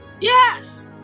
yes